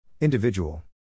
Individual